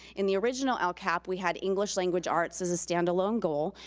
in the original and lcap, we had english language arts as a stand-alone goal,